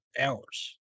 hours